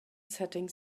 setting